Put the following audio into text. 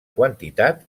quantitat